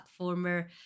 platformer